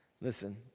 Listen